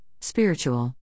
spiritual